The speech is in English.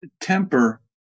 temper